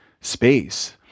space